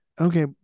Okay